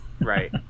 right